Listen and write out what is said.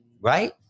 Right